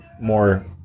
more